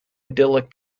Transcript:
idyllic